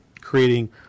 creating